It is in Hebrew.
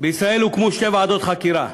בישראל הוקמו שתי ועדות חקירה,